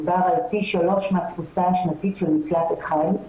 מדובר על פי שלושה מהתפוסה השנתית של מקלט אחד,